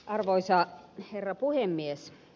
arvoisa herra puhemies